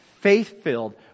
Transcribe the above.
faith-filled